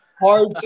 hard